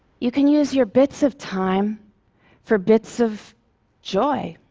you can use your bits of time for bits of joy.